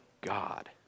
God